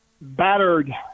Battered